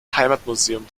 heimatmuseum